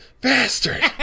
Bastard